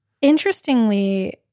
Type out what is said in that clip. Interestingly